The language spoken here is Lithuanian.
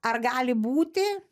ar gali būti